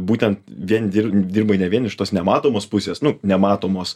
būtent vien dir dirbai ne vien iš tos nematomos pusės nu nematomos